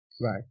Right